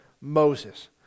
Moses